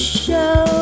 show